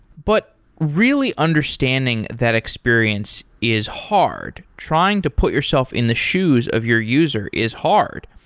but really understanding that experience is hard. trying to put yourself in the shoes of your user is hard.